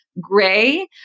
gray